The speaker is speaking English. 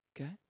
Okay